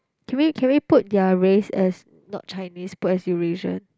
can we can we put their race as not Chinese but as Eurasian